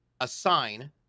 assign